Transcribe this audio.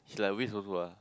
it's like waste also ah